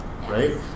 right